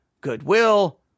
goodwill